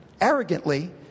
arrogantly